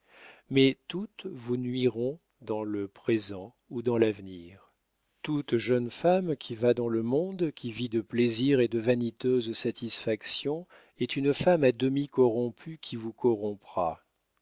mais toutes vous nuiront dans le présent ou dans l'avenir toute jeune femme qui va dans le monde qui vit de plaisirs et de vaniteuses satisfactions est une femme à demi corrompue qui vous corrompra